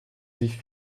sich